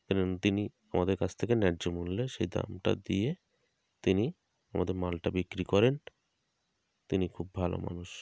এবং তিনি আমাদের কাছ থেকে ন্যায্য মূল্যে সেই দামটা দিয়ে তিনি আমাদের মালটা বিক্রি করেন তিনি খুব ভালো মানুষ